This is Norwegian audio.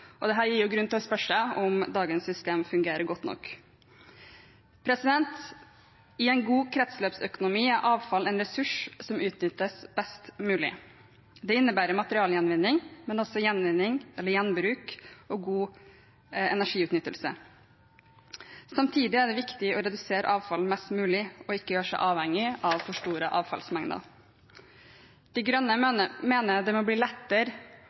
gir grunn til å spørre seg om dagens systemer fungerer godt nok. I en god kretsløpsøkonomi er avfall en ressurs som utnyttes best mulig. Dette innebærer materialgjenvinning, men også gjenbruk og god energiutnyttelse. Samtidig er det viktig å redusere avfallet mest mulig og ikke gjøre seg avhengig av for store avfallsmengder. De Grønne mener det må bli lettere